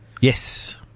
Yes